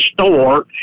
store